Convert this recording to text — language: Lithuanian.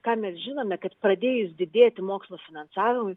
ką mes žinome kad pradėjus didėti mokslo finansavimui